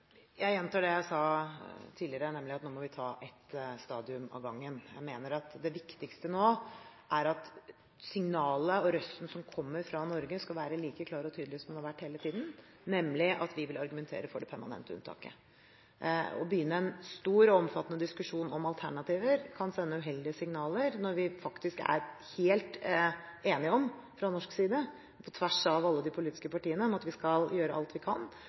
Jeg gjentar det jeg sa tidligere, nemlig at nå må vi ta ett stadium av gangen. Jeg mener at det viktigste nå er at signalet og røsten som kommer fra Norge, skal være like klare og tydelige som de har vært hele tiden, nemlig at vi vil argumentere for det permanente unntaket. Å begynne en stor og omfattende diskusjon om alternativer kan sende uheldige signaler, når vi faktisk er helt enige om fra norsk side, på tvers av alle de politiske partiene, at vi skal gjøre alt vi kan